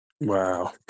Wow